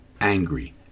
angry